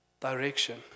direction